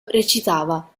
recitava